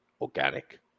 organic